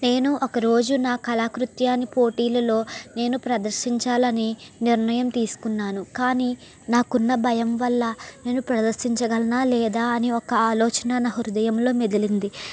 నేను ఒక రోజు నా కళాకృత్యాన్ని పోటీలలో నేను ప్రదర్శించాలని నిర్ణయం తీసుకున్నాను కానీ నాకున్న భయం వల్ల నేను ప్రదర్శించగలనా లేదా అని ఒక ఆలోచన నా హృదయంలో మెదిలింది